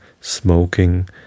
smoking